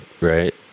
right